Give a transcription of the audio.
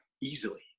easily